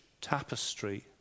tapestry